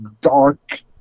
dark